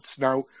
Now